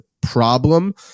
problem